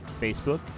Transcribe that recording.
Facebook